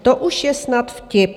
To už je snad vtip.